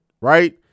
right